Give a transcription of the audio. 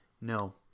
No